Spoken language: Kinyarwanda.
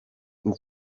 uku